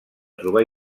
trobar